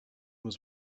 was